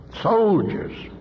Soldiers